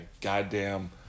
goddamn